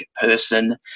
person